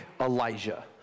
Elijah